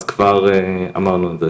כבר אמרנו את זה,